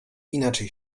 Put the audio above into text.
inaczej